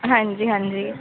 ਹਾਂਜੀ ਹਾਂਜੀ